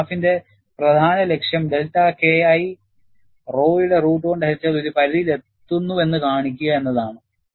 ഈ ഗ്രാഫിന്റെ പ്രധാന ലക്ഷ്യം ഡെൽറ്റ KI rho യുടെ റൂട്ട് കൊണ്ട് ഹരിച്ചാൽ ഒരു പരിധിയിലെത്തുന്നുവെന്ന് കാണിക്കുക എന്നതാണ്